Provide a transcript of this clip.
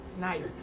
Nice